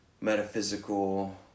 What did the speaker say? metaphysical